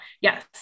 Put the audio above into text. yes